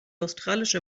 australische